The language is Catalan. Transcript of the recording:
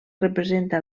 representa